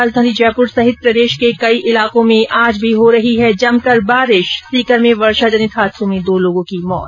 राजधानी जयपुर सहित प्रदेश के कई इलाकों में आज भी हो रही है जमकर बारिश सीकर में वर्षाजनित हादसों में दो लोगो की मौत